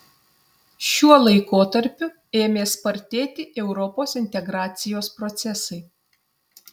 šiuo laikotarpiu ėmė spartėti europos integracijos procesai